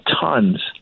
tons